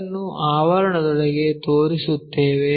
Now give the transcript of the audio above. ಅದನ್ನು ಆವರಣದೊಳಗೆ ತೋರಿಸುತ್ತೇವೆ